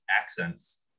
accents